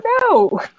no